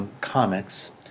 comics